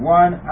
one